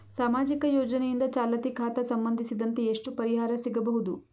ಸಾಮಾಜಿಕ ಯೋಜನೆಯಿಂದ ಚಾಲತಿ ಖಾತಾ ಸಂಬಂಧಿಸಿದಂತೆ ಎಷ್ಟು ಪರಿಹಾರ ಸಿಗಬಹುದು?